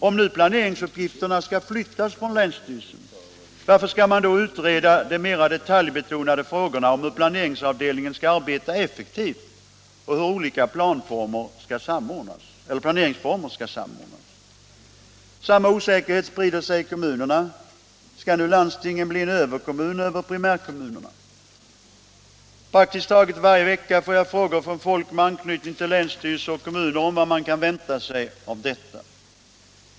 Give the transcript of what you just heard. Om nu planeringsuppgifterna skall flyttas från länsstyrelsen, varför skall man då utreda de mer detaljbetonade frågorna om hur planeringsavdelningarna skall arbeta effektivt och olika planeringsformer samordnas? Samma osäkerhet sprider sig i kommunerna. Skall nu landstingen bli överkommuner över primärkommunerna? Praktiskt taget varje vecka får jag frågor från folk med anknytning till länsstyrelserna och kommunerna om vad man kan vänta sig av detta.